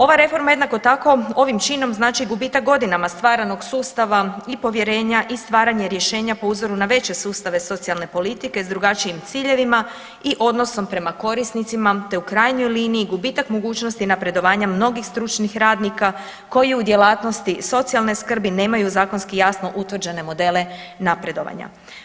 Ova reforma jednako tako ovim činom znači gubitak godinama stvaranog sustava i povjerenja i stvaranje rješenja po uzoru na veće sustave socijalne politike s drugačijim ciljevima i odnosom prema korisnicima, te u krajnjoj liniji, gubitak mogućnosti napredovanja mnogih stručnih radnika koji u djelatnosti socijalne skrbi nemaju zakonski jasno utvrđene modele napredovanja.